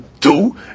Two